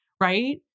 right